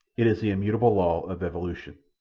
it is the immutable law of evolution.